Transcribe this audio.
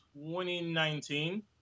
2019